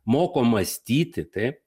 moko mąstyti taip